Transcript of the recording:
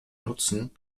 nutzen